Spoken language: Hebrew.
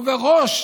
ובראש